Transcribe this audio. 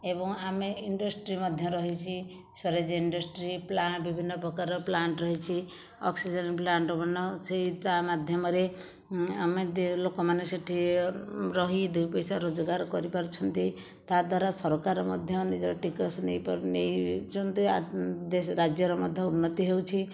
ଏବଂ ଆମେ ଇଣ୍ଡଷ୍ଟ୍ରୀ ମଧ୍ୟ ରହିଛି ସ୍ଵେରେଜ ଇଣ୍ଡଷ୍ଟ୍ରୀ ପ୍ଳାଣ୍ଟ ବିଭିନ୍ନ ପ୍ରକାରର ପ୍ଳାଣ୍ଟ ରହିଛି ଅକ୍ସିଜେନ ପ୍ଳାଣ୍ଟ ବିଭିନ୍ନ ସେହି ତା ମାଧ୍ୟମରେ ଆମେ ଲୋକମାନେ ସେଠି ରହି ଦୁଇ ପଇସା ରୋଜଗାର କରିପାରୁଛନ୍ତି ତାଦ୍ଵାରା ସରକାର ମଧ୍ୟ ନିଜର ଟିକସ ନେଇ ନେଇଛନ୍ତି ରାଜ୍ୟର ମଧ୍ୟ ଉନ୍ନତି ହେଉଛି